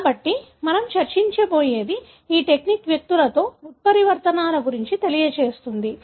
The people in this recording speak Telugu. కాబట్టి మనం చర్చించబోయేది ఈ టెక్నిక్ వ్యక్తులలో ఉత్పరివర్తనాల గురించి తెలియజేస్తుంది